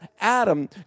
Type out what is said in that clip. Adam